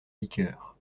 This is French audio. liqueurs